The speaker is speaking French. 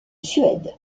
suède